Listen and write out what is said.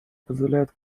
позволяет